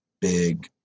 big